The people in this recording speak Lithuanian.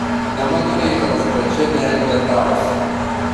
ne mano reikalas bet čia neelgetausi